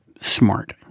smart